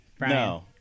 No